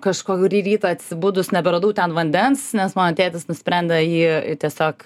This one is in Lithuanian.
kažkorį rytą atsibudus neberadau ten vandens nes mano tėtis nusprendė jį tiesiog